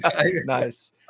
Nice